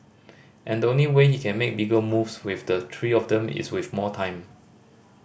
and the only way he can make bigger moves with the three of them is with more time